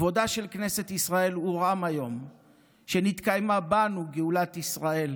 כבודה של כנסת ישראל הורם היום כשנתקיימה בנו גאולת ישראל,